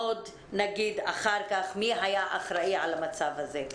עוד נגיד אחר כך מי היה אחראי על המצב הזה?